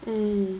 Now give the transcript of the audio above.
mm